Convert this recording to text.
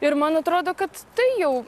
ir man atrodo kad tai jau